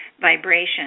vibration